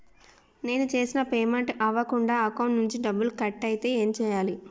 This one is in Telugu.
నేను చేసిన పేమెంట్ అవ్వకుండా అకౌంట్ నుంచి డబ్బులు కట్ అయితే ఏం చేయాలి?